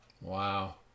Wow